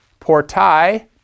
portai